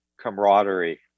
camaraderie